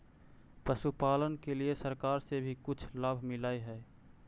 पशुपालन के लिए सरकार से भी कुछ लाभ मिलै हई?